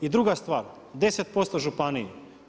I druga stvar 10% županiji.